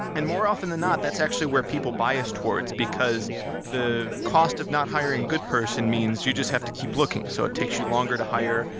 and more often than not, that's actually where people bias towards because the cost of not hiring good person means you just have to keep looking, so it takes you longer to hire.